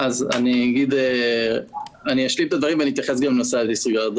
אני אשלים את הדברים ואני אתייחס גם לנושא הדיס-ריגרד.